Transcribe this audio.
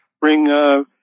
bring